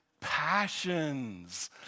passions